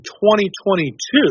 2022